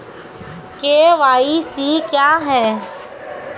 KYC क्या हैं?